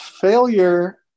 failure